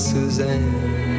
Suzanne